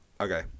Okay